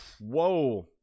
Whoa